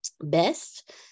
Best